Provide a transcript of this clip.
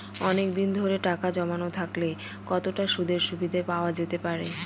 অনেকদিন ধরে টাকা জমানো থাকলে কতটা সুদের সুবিধে পাওয়া যেতে পারে?